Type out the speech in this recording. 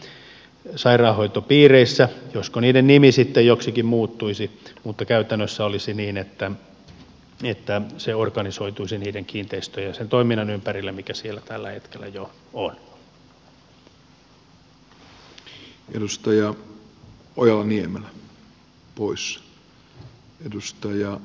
en tiedä josko niiden nimi sitten joksikin muuttuisi mutta käytännössä olisi niin että se organisoituisi niiden kiinteistöjen ja sen toiminnan ympärille mitkä siellä tällä hetkellä jo ovat